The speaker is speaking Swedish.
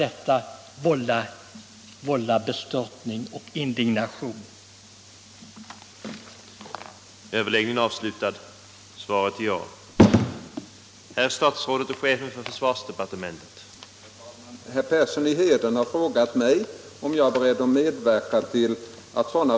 Exempel finns också att den uppskovssökande först vid inställelsen erhåller besked om att ansökan beviljats.